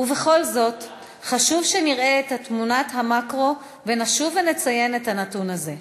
ובכל זאת חשוב שנראה את תמונת המקרו ונשוב ונציין את הנתון הזה,